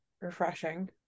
refreshing